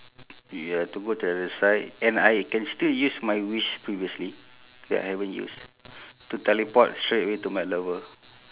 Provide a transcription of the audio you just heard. ya to go to the other side and I can still use my wish previously that I haven't use to teleport straight away to my lover